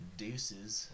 deuces